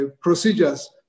procedures